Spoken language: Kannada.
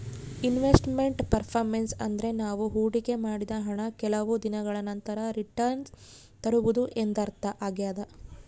ಇನ್ವೆಸ್ಟ್ ಮೆಂಟ್ ಪರ್ಪರ್ಮೆನ್ಸ್ ಅಂದ್ರೆ ನಾವು ಹೊಡಿಕೆ ಮಾಡಿದ ಹಣ ಕೆಲವು ದಿನಗಳ ನಂತರ ರಿಟನ್ಸ್ ತರುವುದು ಎಂದರ್ಥ ಆಗ್ಯಾದ